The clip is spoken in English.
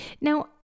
now